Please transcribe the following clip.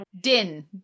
Din